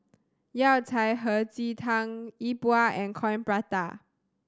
Yao Cai Hei Ji Tang Yi Bua and Coin Prata